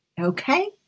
Okay